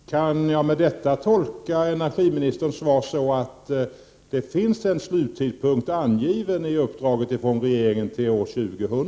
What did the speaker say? Herr talman! Kan jag med detta tolka energiministerns svar som att det finns en sluttidpunkt angiven i uppdraget från regeringen till år 2000?